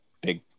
big